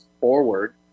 forward